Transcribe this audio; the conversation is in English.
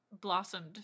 blossomed